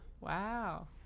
wow